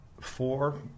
four